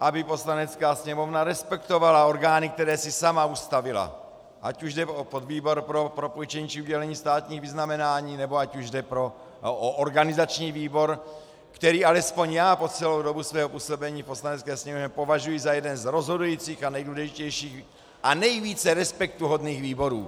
aby Poslanecká sněmovna respektovala orgány, které si sama ustavila, ať už jde o podvýbor pro propůjčení či udělení státních vyznamenáních, nebo ať už jde o organizační výbor, který alespoň já po celou dobu svého působení v Poslanecké sněmovně považuji za jeden z rozhodujících a nejdůležitějších a nejvíce respektuhodných výborů.